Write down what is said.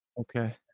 okay